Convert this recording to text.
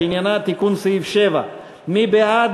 שעניינה תיקון סעיף 7. מי בעד?